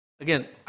Again